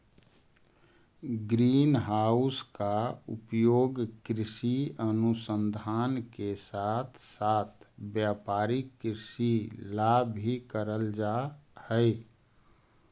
green house का उपयोग कृषि अनुसंधान के साथ साथ व्यापारिक कृषि ला भी करल जा हई